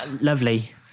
lovely